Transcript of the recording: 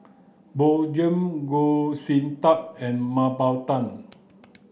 Bjorn Shen Goh Sin Tub and Mah Bow Tan